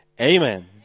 amen